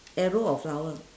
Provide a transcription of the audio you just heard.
arrow or flower